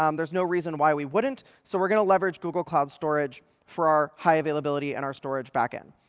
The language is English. um there's no reason why we wouldn't. so we're going to leverage google cloud storage for our high availability and our storage back end.